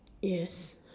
yes